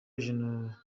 jenoside